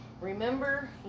Remember